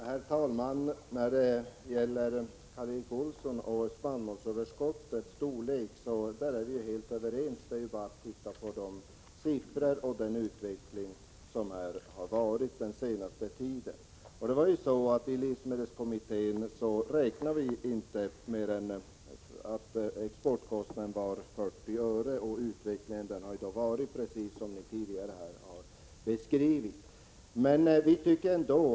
Herr talman! Karl Erik Olsson, när det gäller spannmålsöverskottets storlek är vi helt överens. Det är bara att titta på siffrorna över den utveckling som har pågått under den senaste tiden. I livsmedelskommittén räknade vi inte med att exportkostnaden skulle vara större än 40 öre. Utvecklingen har varit precis den som ni tidigare har beskrivit.